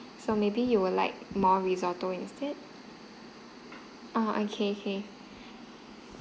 so maybe you will like more risotto instead oh okay okay